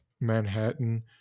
Manhattan